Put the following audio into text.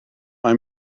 mae